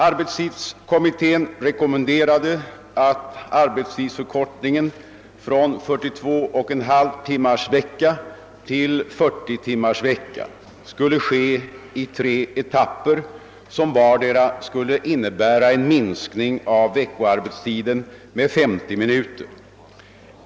Arbetstidskommittén rekommenderade att arbetstidsförkortningen från 42,5 timmar i veckan till 40 timmar i veckan skulle ske i tre etapper som vardera skulle innebära en minskning av veckoarbetstiden med 50 minuter.